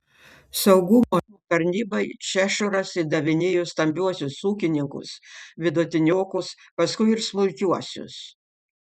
saugumo tarnybai šešuras įdavinėjo stambiuosius ūkininkus vidutiniokus paskui ir smulkiuosius